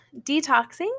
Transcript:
detoxing